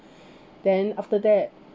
then after that